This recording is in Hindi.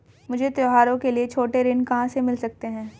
मुझे त्योहारों के लिए छोटे ऋण कहां से मिल सकते हैं?